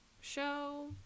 show